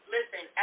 Listen